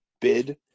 bid